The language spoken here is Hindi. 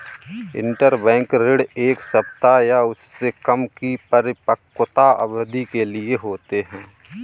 इंटरबैंक ऋण एक सप्ताह या उससे कम की परिपक्वता अवधि के लिए होते हैं